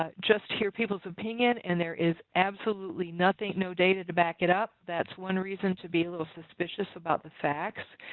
ah just hear people's opinion and there is absolutely nothing, no data to back it up, that's one reason to be a little suspicious about the facts.